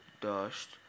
dust